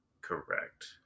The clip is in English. Correct